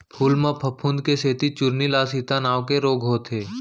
फूल म फफूंद के सेती चूर्निल आसिता नांव के रोग होथे